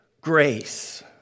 grace